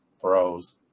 throws